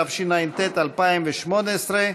התשע"ט 2018,